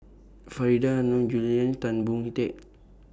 Faridah Hanum Julian Tan Boon Teik